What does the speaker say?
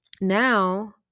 now